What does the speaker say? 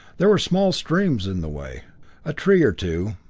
there were small streams in the way a tree or two,